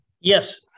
Yes